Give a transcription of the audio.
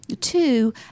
Two